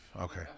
Okay